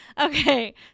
okay